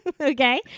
Okay